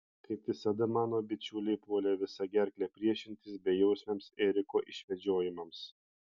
kaip visada mano bičiuliai puolė visa gerkle priešintis bejausmiams eriko išvedžiojimams